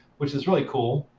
which is really cool,